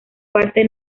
parte